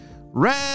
red